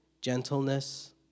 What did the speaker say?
gentleness